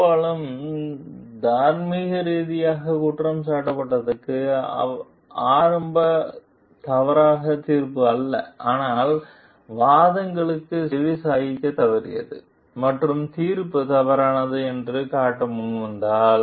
பெரும்பாலும் தார்மீக ரீதியாக குற்றம் சாட்டத்தக்கது ஆரம்ப தவறான தீர்ப்பு அல்ல ஆனால் வாதங்களுக்கு செவிசாய்க்கத் தவறியது மற்றும் தீர்ப்பு தவறானது என்று காட்ட முன்வந்தால்